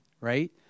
right